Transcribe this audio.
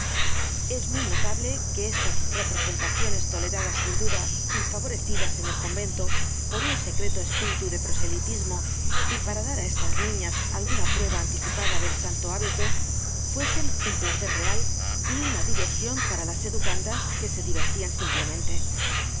es muy notable que estas representaciones toleradas sin duda y favorecidas en el convento por un secreto espíritu de proselitismo y para dar á estas niñas alguna prueba anticipada del santo hábito fuesen un placer real y una diversion para las educandas que se diverlian simplemente